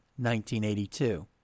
1982